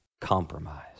Compromise